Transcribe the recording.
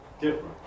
different